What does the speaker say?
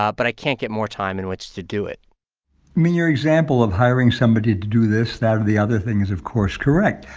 ah but i can't get more time in which to do it i mean, your example of hiring somebody to do this, that or the other thing is, of course, correct.